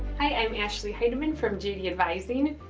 hi i'm ashley heidemann from jd advising,